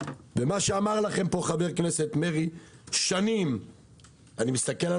מה שאמר לכם פה חבר הכנסת מרעי אני מסתכל על